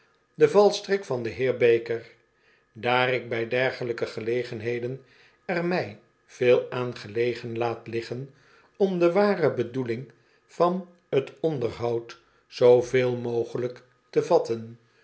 de valstrik van den heer baker daar j ik bij dergelijke gelegenheden er mij veel aan gelegen laat liggen om de ware bedoeling van t onderhoud zooveel mogelijk te vatten